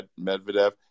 Medvedev